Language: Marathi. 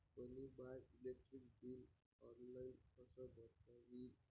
मले माय इलेक्ट्रिक बिल ऑनलाईन कस भरता येईन?